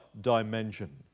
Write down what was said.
dimension